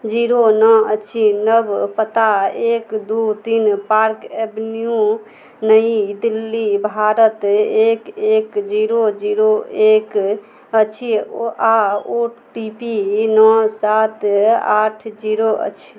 zero नओ अछि नव पता एक दुइ तीन पार्क एवेन्यू नई दिल्ली भारत एक एक जीरो जीरो एक अछि आओर ओ टी पी नओ सात आठ जीरो अछि